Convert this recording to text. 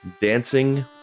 Dancing